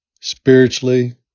spiritually